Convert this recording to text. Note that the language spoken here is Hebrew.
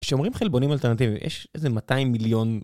כשאומרים חלבונים אלטרנטיביים, יש איזה 200 מיליון...